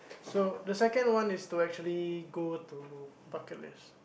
so the second is to actually go to bucket list